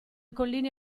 colline